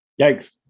Yikes